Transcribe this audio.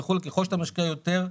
ככל שאתה משקיע יותר,